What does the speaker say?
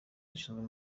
zishinzwe